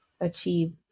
achieve